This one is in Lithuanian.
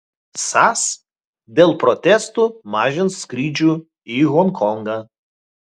sas dėl protestų mažins skrydžių į honkongą